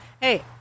Hey